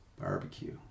barbecue